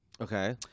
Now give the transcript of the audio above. Okay